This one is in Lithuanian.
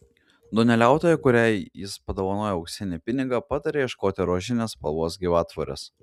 duoneliautoja kuriai jis padovanoja auksinį pinigą pataria ieškoti rožinės spalvos gyvatvorės